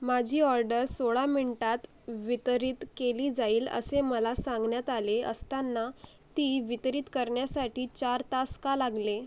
माझी ऑर्डर सोळा मिनिटांत वितरित केली जाईल असे मला सांगण्यात आले असताना ती वितरित करण्यासाठी चार तास का लागले